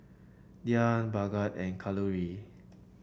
Dhyan Bhagat and Kalluri